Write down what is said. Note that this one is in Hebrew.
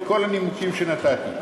מכל הנימוקים שנתתי.